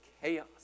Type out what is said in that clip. chaos